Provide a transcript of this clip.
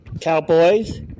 cowboys